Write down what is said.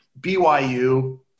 BYU